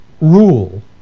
rule